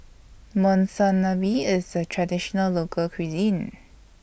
Monsunabe IS A Traditional Local Cuisine